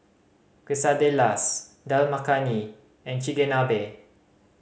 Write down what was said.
Quesadillas Dal Makhani and Chigenabe